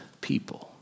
people